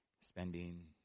spending